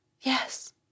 Yes